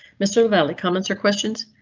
mr. valley comments or questions.